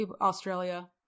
Australia